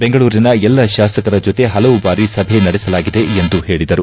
ಬೆಂಗಳೂರಿನ ಎಲ್ಲ ಶಾಸಕರ ಜೊತೆ ಹಲವು ಬಾರಿ ಸಭೆ ನಡೆಸಲಾಗಿದೆ ಎಂದು ಹೇಳಿದರು